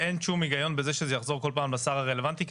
אין שום היגיון בזה שזה יחזור כל פעם לשר הרלוונטי,